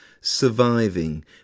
surviving